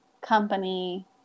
company